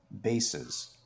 bases